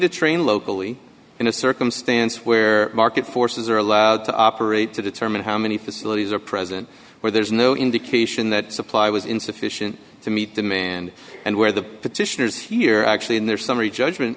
to train locally in a circumstance where market forces are allowed to operate to determine how many facilities are present where there is no indication that supply was insufficient to meet demand and where the petitioners here actually in their summary judgment